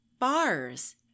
bars